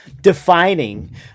defining